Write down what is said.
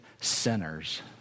sinners